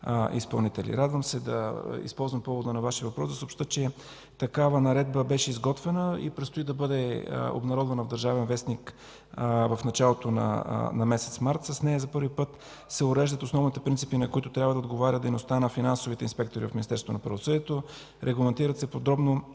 изпълнители. Радвам се да използвам повода на Вашия въпрос, за да съобщя, че такава наредба беше изготвена и предстои да бъде обнародвана в „Държавен вестник” в началото на месец март. С нея за първи път се уреждат основните принципи, на които трябва да отговаря дейността на финансовите инспектори от Министерството